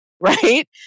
right